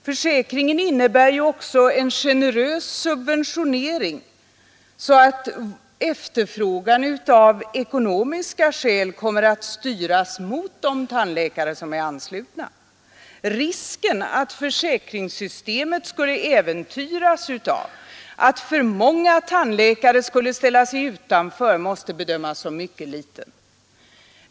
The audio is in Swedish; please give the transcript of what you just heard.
Försäkringen innebär också en generös subventionering, så att efterfrågan av ekonomiska skäl kommer att styras mot de tandläkare som är anslutna. Risken att försäkringssystemet skulle äventyras av att för många tandläkare skulle ställa sig utanför måste bedömas som ytterst liten.